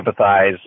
empathize